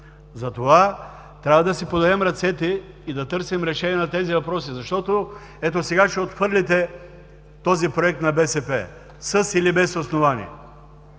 Затова трябва да си подадем ръцете и да търсим решение на тези въпроси, защото, ето сега ще отхвърлите този Проект на БСП – със или без основание.